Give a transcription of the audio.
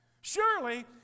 Surely